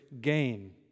gain